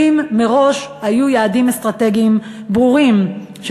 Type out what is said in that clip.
אילו מראש היו יעדים אסטרטגיים ברורים של